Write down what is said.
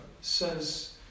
says